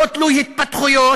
לא תלוי התפתחויות.